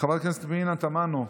חברת הכנסת פנינה תמנו,